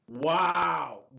Wow